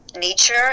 nature